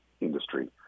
industry